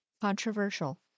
controversial